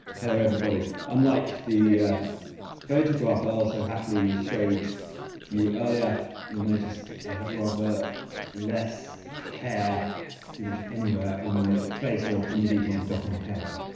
hello, everybody. unlike the photograph earle so happily showed you earlier, you'll notice i have rather less hair pretty much anywhere on my face or indeed on top of my head.